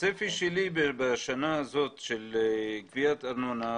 הצפי שלי בשנה הזאת בגביית ארנונה,